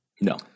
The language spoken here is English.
No